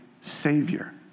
savior